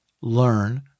learn